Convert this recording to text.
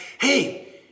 hey